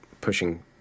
pushing